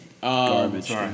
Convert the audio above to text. Garbage